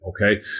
okay